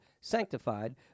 sanctified